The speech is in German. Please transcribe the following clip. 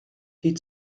die